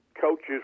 coaches